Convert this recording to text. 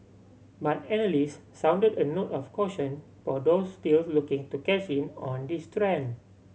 but analyst sounded a note of caution for those still looking to cash in on this trend